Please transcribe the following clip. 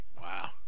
Wow